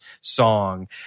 song